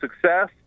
success